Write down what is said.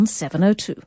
702